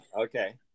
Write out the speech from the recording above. okay